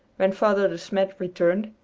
when father de smet returned,